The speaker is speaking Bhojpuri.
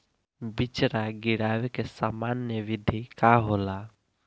बिचड़ा गिरावे के सामान्य विधि का होला?